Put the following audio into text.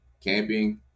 camping